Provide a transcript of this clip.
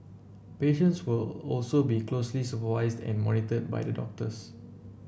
patients will also be closely supervised and monitored by the doctors